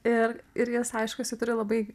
ir ir jis aišku jisai turi labai